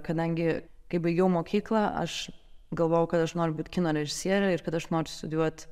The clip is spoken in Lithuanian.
kadangi kai baigiau mokyklą aš galvojau kad aš noriu būt kino režisierė ir kad aš noriu studijuot